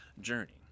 journey